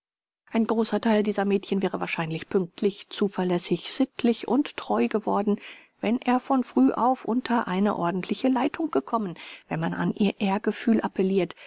ein großer theil dieser mädchen wäre wahrscheinlich pünktlich zuverlässig sittlich und treu geworden wenn er von früh auf unter eine ordentliche leitung gekommen wenn man an ihr ehrgefühl appellirt